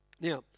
Now